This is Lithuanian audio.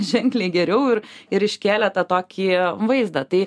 ženkliai geriau ir ir iškėlė tą tokį vaizdą tai